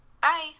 Bye